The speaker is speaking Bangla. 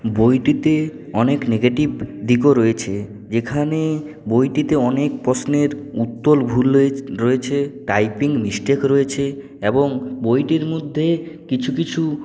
বইটিতে অনেক নেগেটিভ দিকও রয়েছে যেখানে বইটিতে অনেক প্রশ্নের উত্তর ভুল হয়ে রয়েছে টাইপিং মিস্টেক রয়েছে এবং বইটির মধ্যে কিছু কিছু